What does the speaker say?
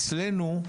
אצלנו הם לא.